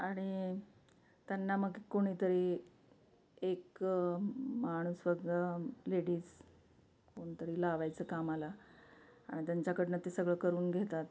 आणि त्यांना मग कोणीतरी एक माणूस व लेडीज कोणीतरी लावायचं कामाला आणि त्यांच्याकडनं ते सगळं करून घेतात